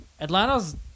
Atlanta's